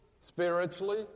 spiritually